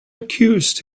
accused